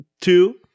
two